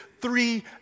three